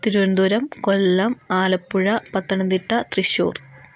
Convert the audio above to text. Thiruvananthapuram Kollam Alappuzha Pathanamthitta Thrissur